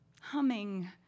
humming